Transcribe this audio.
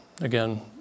Again